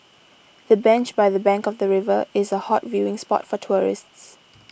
the bench by the bank of the river is a hot viewing spot for tourists